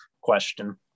question